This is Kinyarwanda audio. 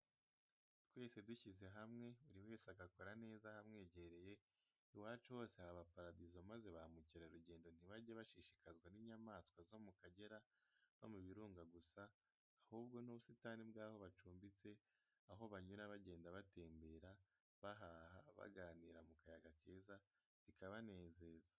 Twese dushyize hamwe, buri wese agakora neza ahamwegereye, iwacu hose haba paradizo maze ba mukerarugendo ntibajye bashishikazwa n'inyamaswa zo mu Kagera no mu Birunga gusa, ahubwo n'ubusitani bw'aho bacumbitse, aho banyura bagenda batembera, bahaha, baganira mu kayaga keza, bikabanezeza.